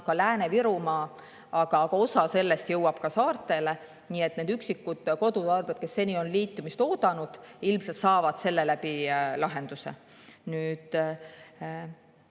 Lääne-Virumaale, aga osa sellest jõuab ka saartele. Nii et need üksikud kodutarbijad, kes seni on liitumist oodanud, ilmselt saavad selle abil lahenduse. See,